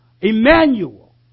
Emmanuel